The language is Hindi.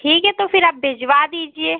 ठीक है तो फिर आप भिजवा दीजिए